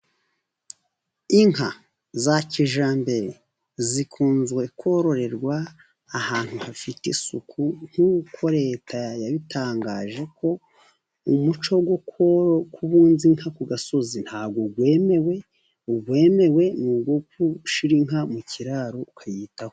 Inka za kijyambere zikunzwe kororerwa ahantu hafite isuku, nkuko leta yabitangaje ko umuco wo kubunza inka ku gasozi ntabwo wemewe . Uwemewe ni ugushyira inka mu kiraro ukayitaho.